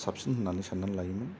साबसिन होन्नानै सान्नानै लायोमोन